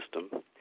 system